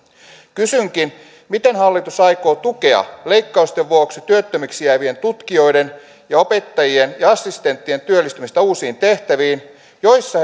kysynkin miten hallitus aikoo tukea leikkausten vuoksi työttömiksi jäävien tutkijoiden ja opettajien ja assistenttien työllistymistä uusiin tehtäviin joissa